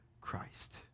Christ